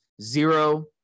Zero